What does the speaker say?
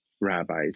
rabbis